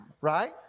Right